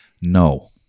No